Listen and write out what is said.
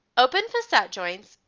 open facet joints,